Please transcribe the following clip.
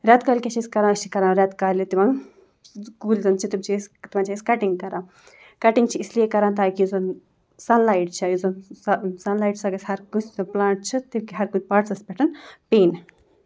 رٮ۪تہٕ کالہِ کیٛاہ چھِ أسۍ کَران أسۍ چھِ کَران رٮ۪تہٕ کالہِ تِمَن یِم زَن کُلۍ زَن چھِ تِم چھِ أسۍ تِمَن چھِ أسۍ کَٹِنٛگ کَران کَٹِنٛگ چھِ اِسلیے کَران تاکہِ یُس زَن سَن لایٹ چھےٚ یُس زَن سَن لایٹ سۄ گژھِ ہَرکٲنٛسہِ سُہ پٕلانٛٹ چھِ تِم کیٛاہ ہَرکُنہِ پاٹسَس پٮ۪ٹھ پیٚنۍ